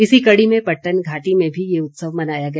इसी कड़ी में पट्टन घाटी में भी ये उत्सव मनाया गया